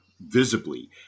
visibly